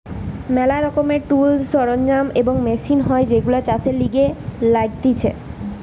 ম্যালা রকমের টুলস, সরঞ্জাম আর মেশিন হয় যেইগুলো চাষের লিগে লাগতিছে